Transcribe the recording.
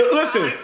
listen